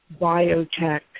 biotech